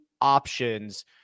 options